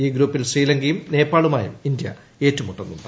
ഈ ഗ്രൂപ്പിൽ ശ്രീലങ്കയും നേപ്പാളുമായും ഇന്ത്യ ഏറ്റുമുട്ടുന്നുണ്ട്